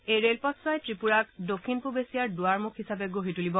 এই ৰেল পথছোৱাই গ্ৰিপূৰাক দক্ষিণ পূব এছিয়াৰ দুৱাৰমুখ হিচাপে গঢ়ি তুলিব